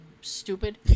Stupid